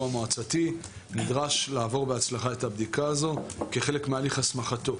המועצתי נדרש לעבור בהצלחה את הבדיקה הזו כחלק מהליך הסמכתו.